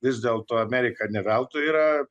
vis dėlto amerika neveltui yra